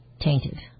tainted